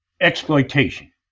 exploitation